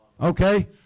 Okay